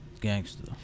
Gangster